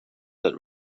that